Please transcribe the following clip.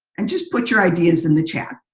and just put your ideas in the chat.